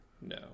no